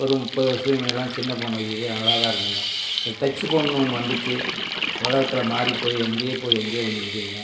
ஒரு முப்பது வருஷத்துக்கு முன்னாடிலாம் சின்ன ஃபோன் வச்சுக்கிட்டு நல்லா தான் இருந்தாங்க இந்த டச் ஃபோன்னு ஒன்று வந்துச்சு உலகத்தில் மாதிரிப் போய் எங்கேயே போய் எங்கேயோ வந்து நிற்கிதுங்க